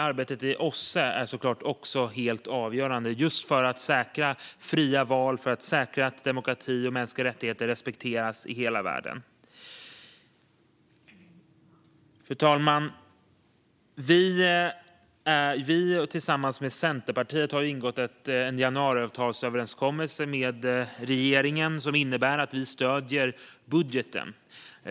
Arbetet i OSSE är såklart också helt avgörande, just för att säkra fria val och för att säkra att demokrati och mänskliga rättigheter respekteras i hela världen. Fru talman! Vi har tillsammans med Centerpartiet ingått en januariöverenskommelse med regeringen som innebär att vi stöder budgeten.